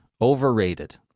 Overrated